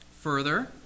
Further